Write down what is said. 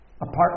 Apart